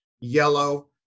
Yellow